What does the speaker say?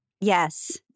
Yes